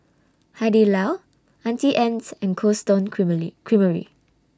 Hai Di Lao Auntie Anne's and Cold Stone Creamery